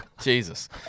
Jesus